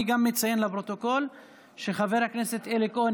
אני גם אציין לפרוטוקול שחבר הכנסת אלי כהן